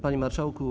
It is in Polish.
Panie Marszałku!